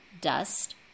dust